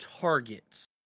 targets